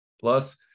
plus